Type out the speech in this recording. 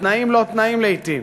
בתנאים-לא-תנאים לעתים.